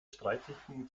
streitigen